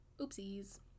Oopsies